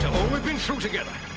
so all we've been through together,